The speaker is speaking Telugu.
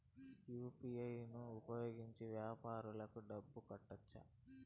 యు.పి.ఐ ను ఉపయోగించి వ్యాపారాలకు డబ్బులు కట్టొచ్చా?